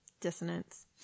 dissonance